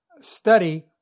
study